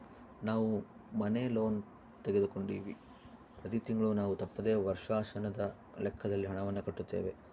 ನಾವು ಮನೆ ಲೋನ್ ತೆಗೆದುಕೊಂಡಿವ್ವಿ, ಪ್ರತಿ ತಿಂಗಳು ನಾವು ತಪ್ಪದೆ ವರ್ಷಾಶನದ ಲೆಕ್ಕದಲ್ಲಿ ಹಣವನ್ನು ಕಟ್ಟುತ್ತೇವೆ